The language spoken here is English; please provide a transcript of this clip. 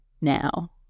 now